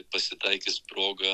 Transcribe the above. pasitaikys proga